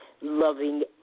loving